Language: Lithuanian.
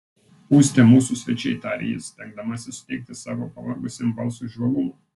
būsite mūsų svečiai tarė jis stengdamasis suteikti savo pavargusiam balsui žvalumo